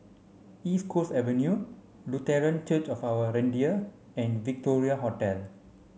East Coast Avenue Lutheran Church of Our Redeemer and Victoria Hotel